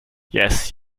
yes